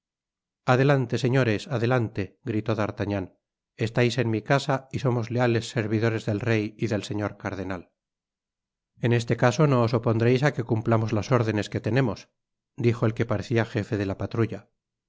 adelante señores adelante gritó d'artagnan estais en mi casa y somos leales servidores del rey y del señor cardenal en este caso no os opondreis á que cumplamos las órdenes que tenemos dijo el que parecia gefe de la patrulla